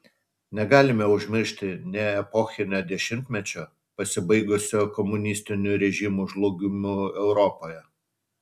negalime užmiršti nė epochinio dešimtmečio pasibaigusio komunistinių režimų žlugimu europoje